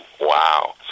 Wow